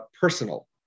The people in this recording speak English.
personal